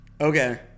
Okay